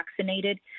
vaccinated